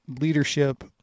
leadership